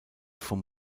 vom